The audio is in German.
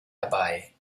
herbei